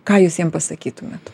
ką jūs jiem pasakytumėt